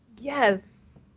Yes